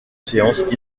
séances